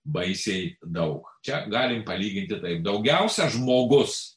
baisiai daug čia galim palyginti tai daugiausia žmogus